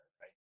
right